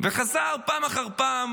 וחזר פעם אחר פעם